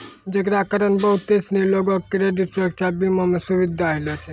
जेकरा कारण बहुते सिनी लोको के क्रेडिट सुरक्षा बीमा मे सुविधा होलो छै